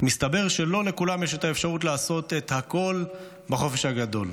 אך מסתבר שלא לכולם יש את האפשרות לעשות את הכול בחופש הגדול.